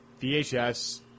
VHS